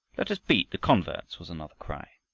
let us beat the converts, was another cry.